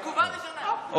תגובה ראשונה.